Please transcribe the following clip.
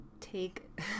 take